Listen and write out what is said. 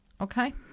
Okay